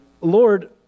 Lord